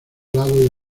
lado